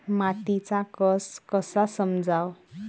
मातीचा कस कसा समजाव?